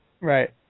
Right